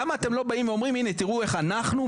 למה אתם לא באים ואומרים תראו איך אנחנו,